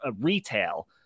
Retail